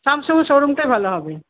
Samsung শোরুমটাই ভালো হবে